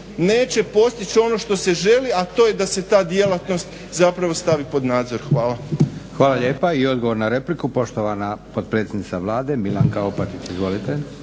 neće postići ono što se želi, a to je da se ta djelatnost zapravo stavi pod nadzor. Hvala. **Leko, Josip (SDP)** Hvala lijepa. I odgovor na repliku, poštovana potpredsjednica Vlade Milanka Opačić. Izvolite.